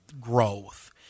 growth